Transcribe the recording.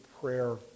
prayer